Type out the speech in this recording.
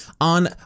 on